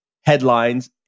headlines